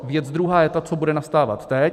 Věc druhá je ta, co bude nastávat teď.